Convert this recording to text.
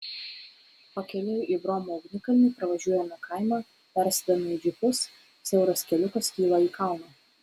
pakeliui į bromo ugnikalnį pravažiuojame kaimą persėdame į džipus siauras keliukas kyla į kalną